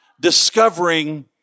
Discovering